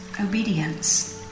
obedience